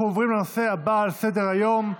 אנחנו עוברים לנושא הבא שעל סדר-היום,